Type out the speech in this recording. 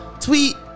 tweet